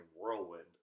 whirlwind